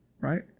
Right